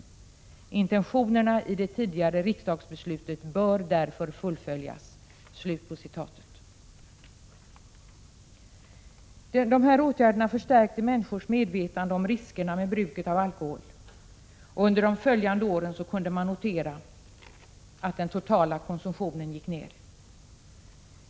Intentionerna i det tidigare riksdagsbeslutet bör därför fullföljas.” De här åtgärderna förstärkte människors medvetande om riskerna med bruket av alkohol. Under de följande åren kunde man notera att den totala konsumtionen gick ned.